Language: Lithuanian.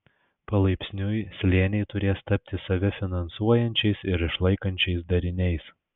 palaipsniui slėniai turės tapti save finansuojančiais ir išlaikančiais dariniais